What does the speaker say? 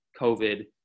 COVID